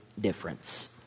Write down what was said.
difference